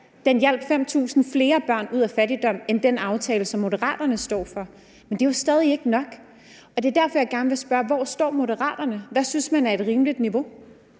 den hjalp 5.000 flere børn ud af fattigdom end den aftale, som Moderaterne stod for. Men det er jo stadig ikke nok. Og det er derfor, jeg gerne vil spørge: Hvor står Moderaterne? Hvad synes man er et rimeligt niveau?